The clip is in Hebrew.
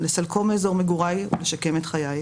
לסלקו מאזור מגוריי ולשקם את חיי.